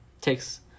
takes